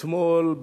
אתמול,